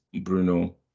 Bruno